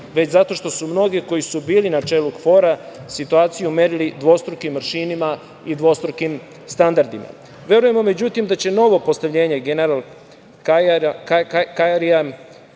već zato što su mnogi koji su bili na čelu KFOR-a situaciju merili dvostrukim aršinima i dvostrukim standardima. Verujemo, međutim, da će novo postavljenje general Kjarija,